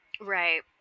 right